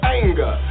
anger